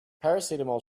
paracetamol